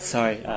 Sorry